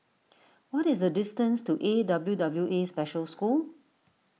what is the distance to A W W A Special School